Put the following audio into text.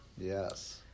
Yes